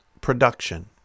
Production